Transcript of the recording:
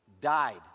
Died